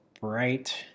bright